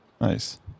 Nice